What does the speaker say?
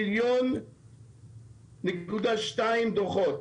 1.2 מיליון דוחות.